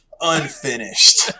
unfinished